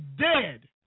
dead